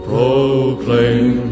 Proclaim